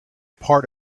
part